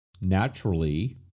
naturally